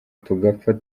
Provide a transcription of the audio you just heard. tugapfa